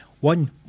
one